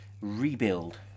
rebuild